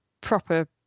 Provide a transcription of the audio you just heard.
proper